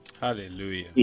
Hallelujah